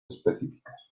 específicas